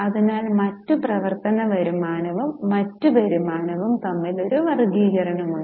അതിനാൽ മറ്റ് പ്രവർത്തന വരുമാനവും മറ്റ് വരുമാനവും തമ്മിൽ ഒരു വർഗ്ഗീകരണം ഉണ്ട്